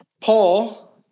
Paul